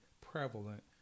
prevalent